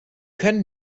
können